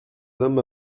hommes